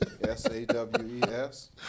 S-A-W-E-S